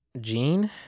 Gene